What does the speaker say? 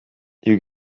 you